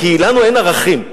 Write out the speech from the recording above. כי לנו אין ערכים.